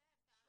לפני כמה זמן?